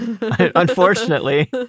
Unfortunately